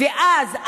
ואז,